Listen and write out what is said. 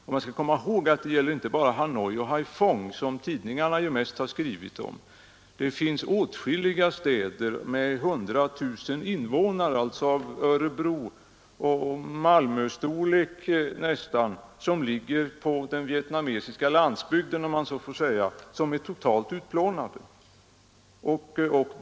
Vi skall komma ihåg, att hjälp behövs inte bara i Hanoi och Haiphong som tidningarna mest har skrivit om. Det finns åtskilliga städer med 100 000 invånare, alltså av nästan Örebros och Malmös storlek, ute på den vietnamesiska landsbygden som har blivit totalt utplånade.